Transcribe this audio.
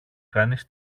κανείς